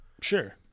Sure